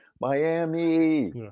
Miami